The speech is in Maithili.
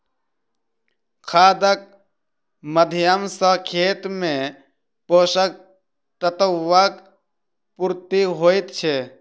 खादक माध्यम सॅ खेत मे पोषक तत्वक पूर्ति होइत छै